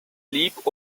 leap